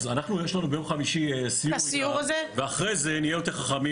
יש לנו ביום חמישי סיור ואחרי זה נהיה יותר חכמים.